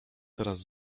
teraz